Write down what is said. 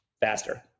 faster